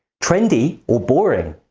trendy or boring?